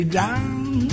down